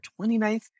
29th